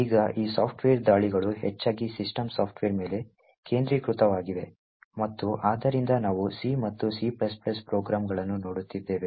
ಈಗ ಈ ಸಾಫ್ಟ್ವೇರ್ ದಾಳಿಗಳು ಹೆಚ್ಚಾಗಿ ಸಿಸ್ಟಮ್ ಸಾಫ್ಟ್ವೇರ್ ಮೇಲೆ ಕೇಂದ್ರೀಕೃತವಾಗಿವೆ ಮತ್ತು ಆದ್ದರಿಂದ ನಾವು C ಮತ್ತು C ಪ್ರೋಗ್ರಾಂಗಳನ್ನು ನೋಡುತ್ತಿದ್ದೇವೆ